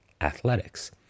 athletics